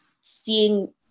seeing